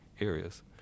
areas